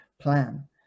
plan